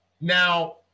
Now